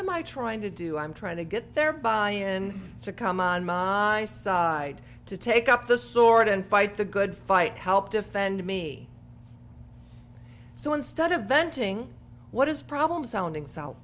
am i trying to do i'm trying to get there by in to come on my side to take up the sword and fight the good fight help defend me so instead of venting what his problem sounding s